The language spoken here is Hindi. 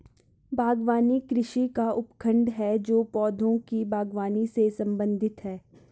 बागवानी कृषि का उपखंड है जो पौधों की बागवानी से संबंधित है